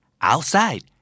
outside